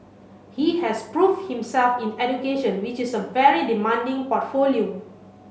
he has proved himself in education which is a very demanding portfolio